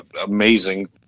amazing